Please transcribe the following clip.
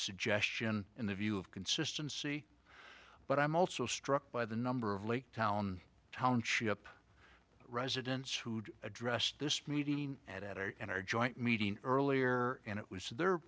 suggestion in the view of consistency but i'm also struck by the number of lake town township residents who addressed this meeting at our in our joint meeting earlier and it was the